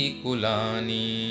kulani